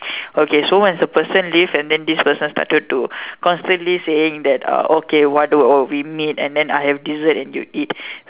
okay so once the person leave and then this person started to constantly saying that uh okay why don't we meet and then I have dessert and you eat